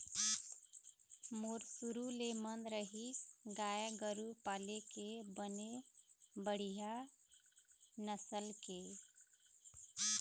मोर शुरु ले मन रहिस गाय गरु पाले के बने बड़िहा नसल के